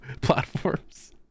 platforms